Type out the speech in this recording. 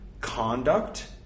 conduct